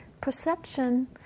Perception